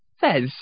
Fez